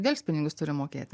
delspinigius turi mokėti